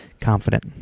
Confident